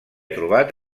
trobat